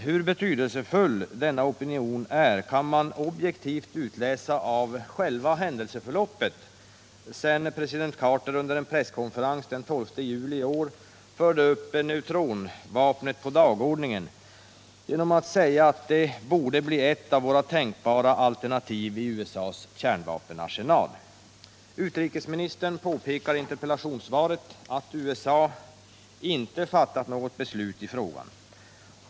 Hur betydelsefull den opinionen är kan man objektivt utläsa av händelseförloppet, sedan president Carter under en presskonferens den 12 juli i år förde upp neutronvapnet på dagordningen genom att säga att det ”borde bli ett av våra tänkbara alternativ” i USA:s kärnvapenarsenal. Utrikesministern påpekar i interpellationssvaret att ”USA inte fattat något beslut i frågan”.